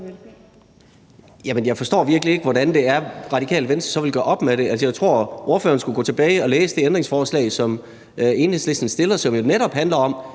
jeg forstår virkelig ikke, hvordan Radikale Venstre så vil gøre op med det. Altså, jeg tror, ordføreren skulle gå tilbage og læse det ændringsforslag, som Enhedslisten stiller, og som jo netop handler om,